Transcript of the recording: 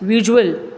visual